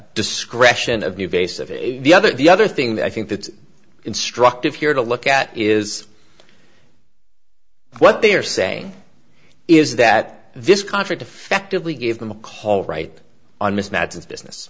discretion of new face of the other the other thing that i think it's instructive here to look at is what they're saying is that this contract effectively gave them a call right on mismatches business